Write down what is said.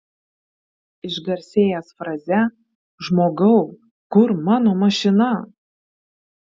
išgarsėjęs fraze žmogau kur mano mašina